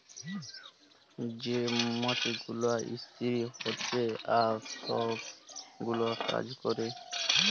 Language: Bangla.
যে মমাছি গুলা ইস্তিরি হছে আর ছব গুলা কাজ ক্যরে